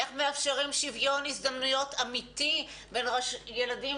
איך מאפשרים שוויון הזדמנויות אמיתי בין ילדים